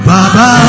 Baba